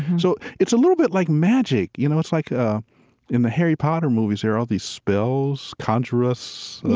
so it's a little bit like magic. you know, it's like ah in the harry potter movies, there are all these spells, conjurists,